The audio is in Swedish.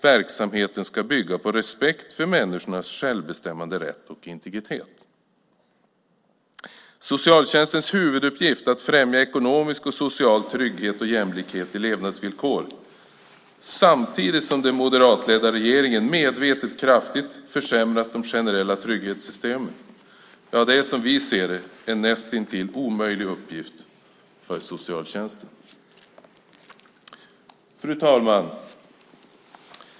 Verksamheten ska bygga på respekt för människornas självbestämmanderätt och integritet. Socialtjänstens huvuduppgift, att främja ekonomisk och social trygghet och jämlikhet i levnadsvillkor, samtidigt som den moderatledda regeringen medvetet kraftigt försämrat de generella trygghetssystemen, är som vi ser det en näst intill omöjlig uppgift. Fru talman!